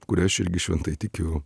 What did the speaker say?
kuria aš irgi šventai tikiu